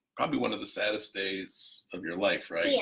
probably one of the saddest days of your life, right? yeah